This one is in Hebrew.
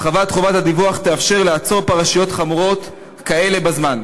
הרחבת חובת הדיווח תאפשר לעצור פרשות חמורות כאלה בזמן.